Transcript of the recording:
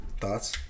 Thoughts